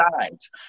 sides